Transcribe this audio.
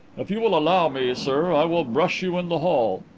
if you will allow me, sir, i will brush you in the hall.